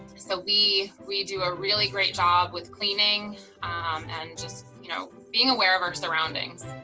so we we do a really great job with cleaning and just you know being aware of our surroundings.